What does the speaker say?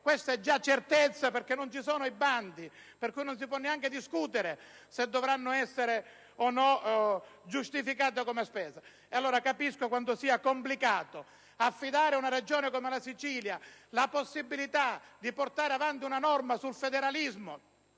questa è già una certezza perché non ci sono i bandi, per cui non si può neanche discutere se dovranno essere o no giustificati come spesa. Allora, capisco quanto sia complicato affidare ad una Regione come la Sicilia la possibilità di portare avanti una norma sul federalismo,